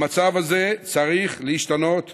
המצב הזה צריך להשתנות ומהר.